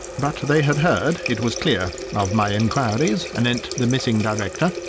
but they had heard, it was clear, of my inquiries anent the missing director,